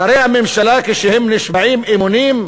שרי הממשלה, כשהם נשבעים אמונים,